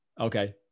Okay